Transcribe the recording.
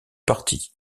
partie